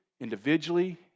individually